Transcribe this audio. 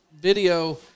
video –